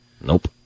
Nope